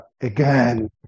again